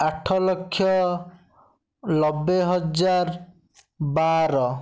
ଆଠଲକ୍ଷ ନବେହଜାର ବାର